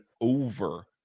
over